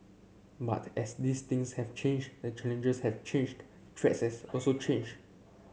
but as these things have changed the challenges have changed the threats also changed